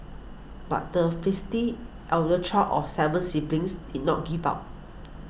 but the feisty elder child of seven siblings did not give up